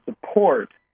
support